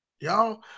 Y'all